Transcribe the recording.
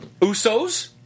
Usos